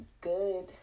good